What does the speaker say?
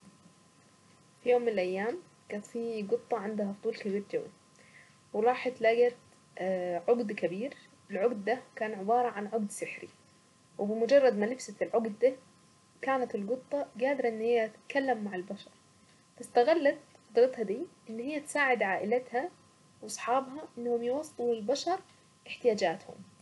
في يوم من الايام كان في قطة عندها فضول كبير قوي وراحت لقت اه عقد كبير العقد ده كان عبارة عن عض سحري وبمجرد ما لبست العقد كانت القطة قادرة ان هي تتكلم مع البشر استغلت قدرتها دي ان هي تساعد عائلتها وتوصفم للبشر احتياجاتهم.